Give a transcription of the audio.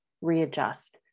readjust